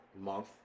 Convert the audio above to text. month